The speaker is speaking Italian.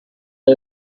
era